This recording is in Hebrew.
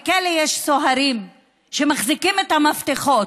בכלא יש סוהרים שמחזיקים את המפתחות.